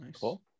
Cool